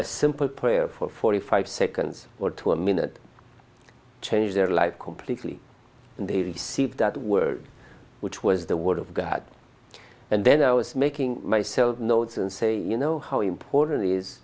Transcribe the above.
a simple prayer for forty five seconds or to a minute changed their life completely and they received that word which was the word of god and then i was making myself notes and say you know how important is